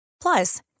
Plus